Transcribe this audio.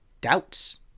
doubts